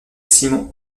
simon